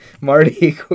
Marty